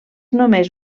només